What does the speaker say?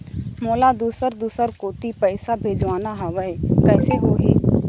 मोला दुसर दूसर कोती पैसा भेजवाना हवे, कइसे होही?